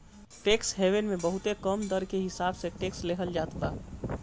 tax haven मे बहुते कम दर के हिसाब से टैक्स लेहल जात बा